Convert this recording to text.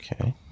Okay